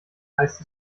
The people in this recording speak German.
heißt